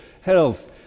health